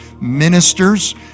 ministers